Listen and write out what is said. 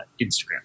Instagram